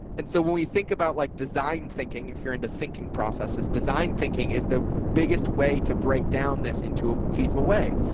and so when we think about like design thinking, if you're into thinking processes, design thinking is the biggest way to break down this into a feasible way.